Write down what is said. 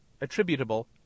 attributable